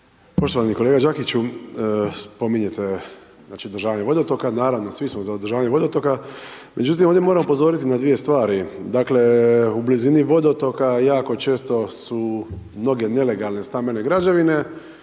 Poštovani kolega Đakiću, spominjete održavanje vodotoka, naravno, svi smo za održavanje vodotoka, međutim ovdje moram upozoriti na dvije stvari. Dakle blizini vodotoka jako često su mnoge nelegalne stambene građevine